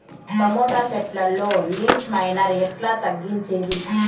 Tomato చెట్లల్లో leaf miner ఎట్లా తగ్గించేది?